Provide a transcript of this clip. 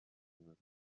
gushaka